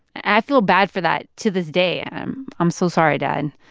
i feel bad for that, to this day. i'm i'm so sorry, dad.